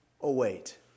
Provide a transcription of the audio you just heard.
Await